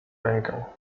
rękę